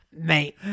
Mate